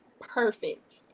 perfect